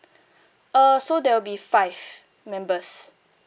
uh so there will be five members